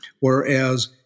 Whereas